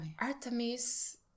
Artemis